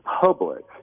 public